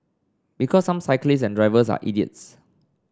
because some cyclists and drivers are idiots